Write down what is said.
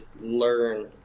learn